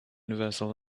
universal